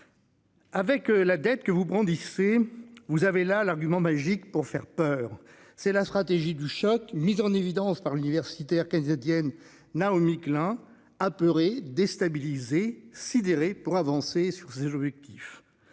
Avec la dette que vous brandissez, vous avez là l'argument magique pour faire peur. C'est la stratégie du choc, mise en évidence par le divorce. Peter canadienne Naomi Klein apeurés déstabilisés sidéré pour avancer sur ses objectifs.